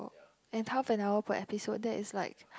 and half an hour per episode that is like